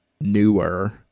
newer